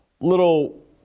little